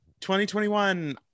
2021